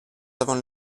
avons